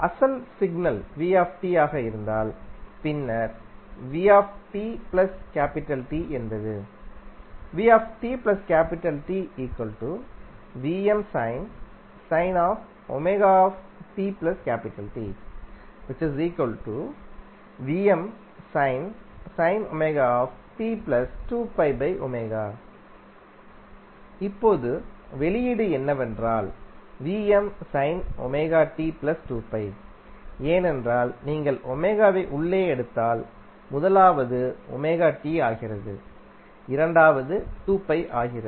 அசல் சிக்னல் ஆக இருந்தால் பின்னர் என்பது இப்போது வெளியீடு என்னவென்றால் ஏனென்றால் நீங்கள் வை உள்ளே எடுத்தால்முதலாவது ஆகிறது இரண்டாவது ஆகிறது